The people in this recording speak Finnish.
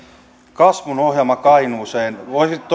kasvun ohjelma kainuuseen